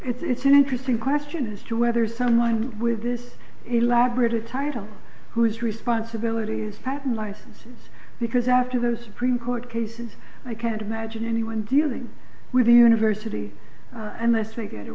the it's an interesting question as to whether someone with this elaborate a title whose responsibility is patent license because after those supreme court cases i can't imagine anyone dealing with the university unless they get a